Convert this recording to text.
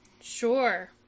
Sure